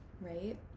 right